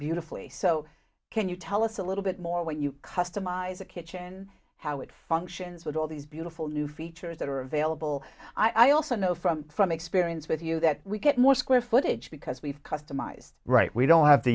beautifully so can you tell us a little bit more when you customize the kitchen how it functions with all these beautiful new features that are available i also know from from experience with you that we get more square footage because we've customized right we don't have to